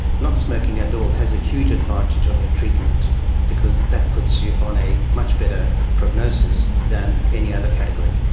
not smoking at all has a huge advantage on your treatment because that puts you on a much better prognosis than any other category.